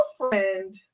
girlfriend